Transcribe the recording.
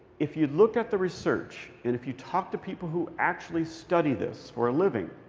if you look at the research, and if you talk to people who actually study this for a living,